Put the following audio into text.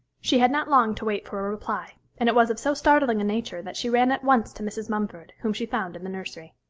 she had not long to wait for a reply, and it was of so startling a nature that she ran at once to mrs. mumford, whom she found in the nursery.